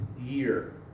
year